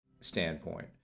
standpoint